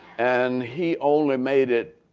and he only made it